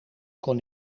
kon